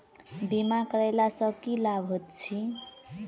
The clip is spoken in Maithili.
बीमा करैला सअ की लाभ होइत छी?